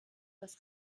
des